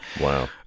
Wow